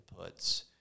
inputs